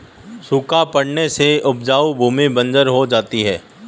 सूखा पड़ने से उपजाऊ भूमि बंजर हो जाती है